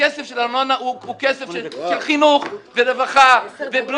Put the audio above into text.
הכסף של הארנונה הוא כסף של חינוך ורווחה ובריאות.